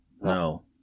No